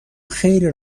خیلی